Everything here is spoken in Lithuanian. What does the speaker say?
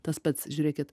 tas pats žiūrėkit